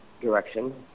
direction